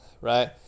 right